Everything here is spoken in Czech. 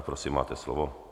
Prosím, máte slovo.